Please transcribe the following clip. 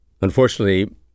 Unfortunately